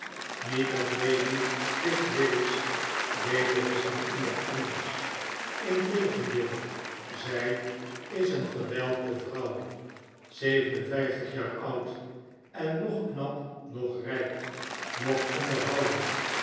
niet dat lady fitz willis beter is dan iemand anders integendeel zij is een verwelkte vrouw zeven en vijftig jaar oud en noch knap noch rijk noch onderhoudend